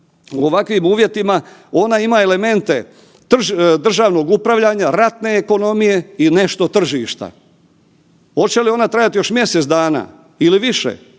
u ovakvim uvjetima, ona ima elemente državnog upravljanja, ratne ekonomije i nešto tržišta. Hoće li ona trajati još mjesec dana ili više,